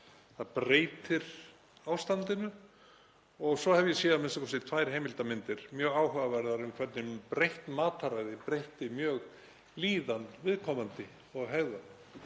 það breytir ástandinu og svo hef ég séð a.m.k. tvær heimildarmyndir, mjög áhugaverðar, um hvernig breytt mataræði breytti mjög líðan viðkomandi og hegðan.